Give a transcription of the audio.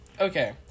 okay